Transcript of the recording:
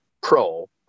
Pro